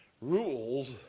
rules